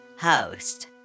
host